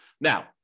Now